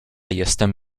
jestem